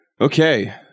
Okay